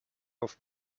off